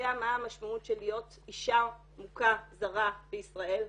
מה המשמעות של להיות אישה מוכה זרה בישראל,